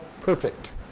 perfect